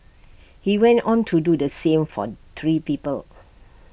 he went on to do the same for three people